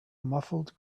muffled